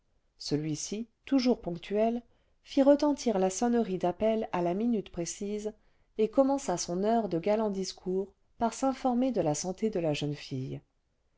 celui-ci toujours ponctuel fit retentir la sonnerie d'appel à la minute précise et commença son heure de galants discours par s'informer de la santé ide la jeune fille